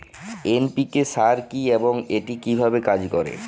NPK সার কি এবং এটি কিভাবে কাজ করে?